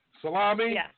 Salami